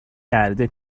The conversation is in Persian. کرده